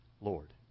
Lord